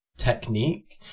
technique